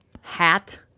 hat